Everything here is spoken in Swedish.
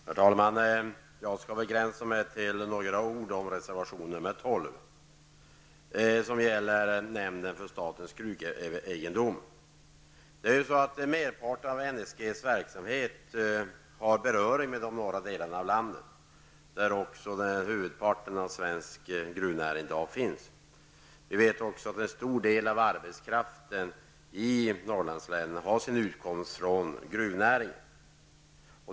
Herr talman! Jag skall begränsa mig till att säga några ord om reservation 12, som gäller nämnden för statens gruvegendom. Merparten av NSGs verksamhet har beröring med de norra delarna av landet, där också huvudparten av svensk gruvnäring i dag finns. Vi vet också att en stor del av arbetskraften i Norrlandslänen har sin utkomst av gruvnäringen.